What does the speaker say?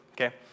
Okay